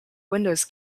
windows